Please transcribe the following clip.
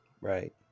Right